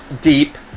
deep